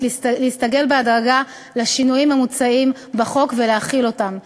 להסתגל בהדרגה לשינויים המוצעים בחוק ולהכיל אותם.